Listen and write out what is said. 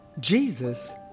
Jesus